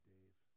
Dave